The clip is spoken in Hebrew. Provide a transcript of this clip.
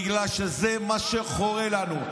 בגלל שזה מה שחורה לנו.